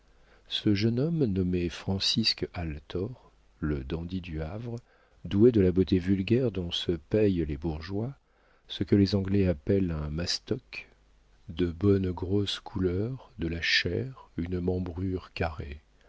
ce jeune homme nommé francisque althor le dandy du havre doué de la beauté vulgaire dont se paient les bourgeois ce que les anglais appellent un mastok de bonnes grosses couleurs de la chair une membrure carrée